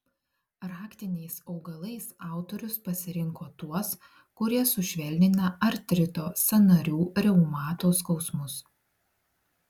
raktiniais augalais autorius pasirinko tuos kurie sušvelnina artrito sąnarių reumato skausmus